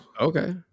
Okay